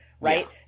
right